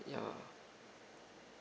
ya